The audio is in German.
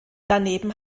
daneben